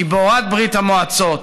גיבורת ברית המועצות,